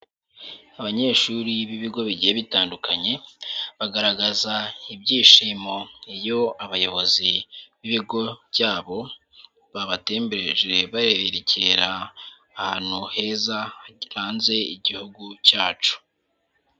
Abanyeshuri b'ibigo bigiye bitandukanye. Bagaragaza ibyishimo iyo abayobozi, b'ibigo byabo. Babatembereje barererekera, ahantu heza hahanze igihugu cyacu.